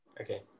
Okay